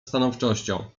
stanowczością